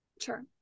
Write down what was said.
Sure